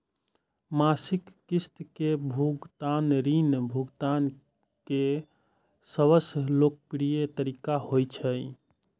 मासिक किस्त के भुगतान ऋण भुगतान के सबसं लोकप्रिय तरीका होइ छै